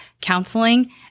counseling